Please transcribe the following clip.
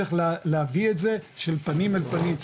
צריך להביא את זה של פנים אל פנים,